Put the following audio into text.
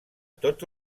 tots